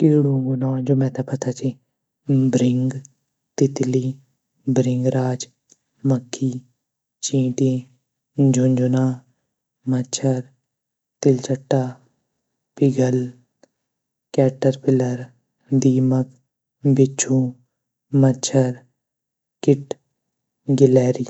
किड़ूँ नौ जू मेता पता छीन भृंग, तितली, भृंगराज, मक्खी, चींटी, झुनझुना, मच्छर, तिलचट्टा, कैटरपिलर, दीमक, बिछु, मच्छर, किट, गिलहरी।